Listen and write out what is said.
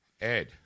Ed